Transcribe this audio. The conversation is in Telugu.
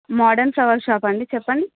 మోడన్ ఫ్లవర్ షాపా అండి చెప్పండి